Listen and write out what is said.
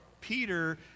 Peter